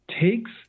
takes